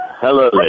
Hello